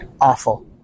awful